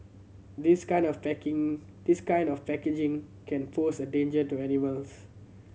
this kind of package this kind of packaging can pose a danger to animals